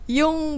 yung